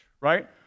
right